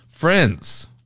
Friends